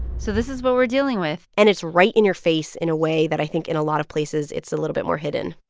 so this is what we're dealing with and it's right in your face in a way that, i think, in a lot of places, it's a little bit more hidden